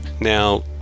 Now